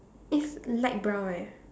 it's light brown right